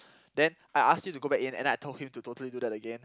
then I ask him to go back in and I told him to totally do that again